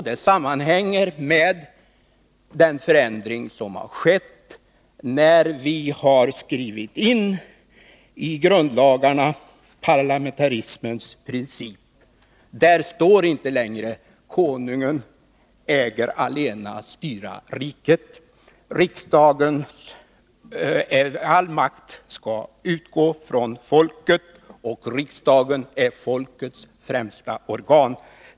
Det sammanhänger med den förändring som har skett, när vi i grundlagarna har skrivit in parlamentarismens princip. Där står inte längre att ”Konungen äger allena styra riket”. All makt skall nu utgå från folket, och riksdagen är folkets främsta organ.